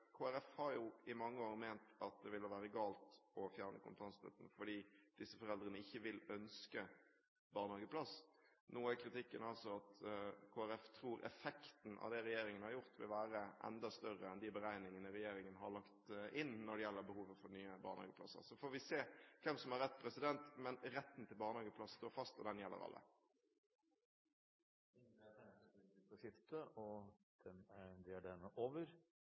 i mange år ment at det ville være galt å fjerne kontantstøtten fordi disse foreldrene ikke vil ønske barnehageplass. Nå er kritikken altså at Kristelig Folkeparti tror at effekten av det regjeringen har gjort, vil være enda større enn de beregningene regjeringen har lagt inn når det gjelder behovet for nye barnehageplasser. Så får vi se hvem som har rett, men retten til barnehageplass står fast, og den gjelder alle.